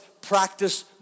practice